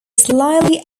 slightly